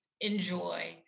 enjoy